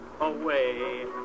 Away